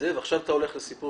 עכשיו אתה הולך לסיפור